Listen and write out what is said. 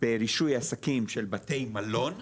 הרישוי עסקים של בתי מלון,